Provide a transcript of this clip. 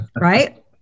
Right